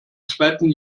zweiten